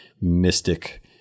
mystic